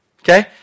okay